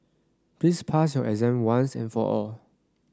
please pass your exam once and for all